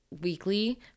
weekly